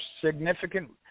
significant